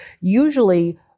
usually